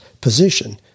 position